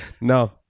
no